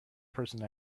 person